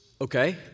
okay